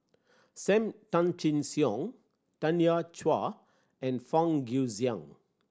Sam Tan Chin Siong Tanya Chua and Fang Guixiang